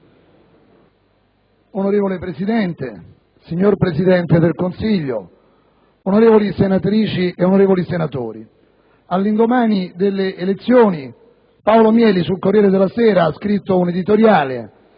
Onorevole Presidente, signor Presidente del Consiglio, onorevoli senatrici e onorevoli senatori, all'indomani delle elezioni Paolo Mieli sul «Corriere della Sera» ha scritto un editoriale